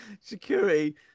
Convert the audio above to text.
security